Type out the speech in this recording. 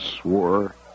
swore